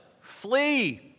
Flee